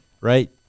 right